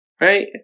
right